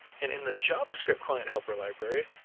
and in the javascript client helper library,